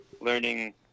learning